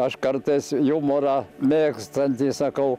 aš kartais jumorą mėgstantį sakau